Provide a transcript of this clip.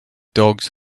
dogs